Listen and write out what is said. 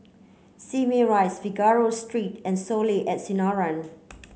Simei Rise Figaro Street and Soleil at Sinaran